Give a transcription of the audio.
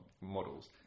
models